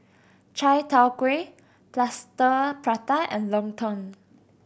Chai Tow Kuay Plaster Prata and lontong